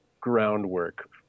groundwork